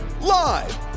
Live